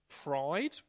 Pride